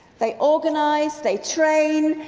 they organise, they train,